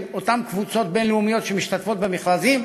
אותן קבוצות בין-לאומיות שמשתתפות במכרזים.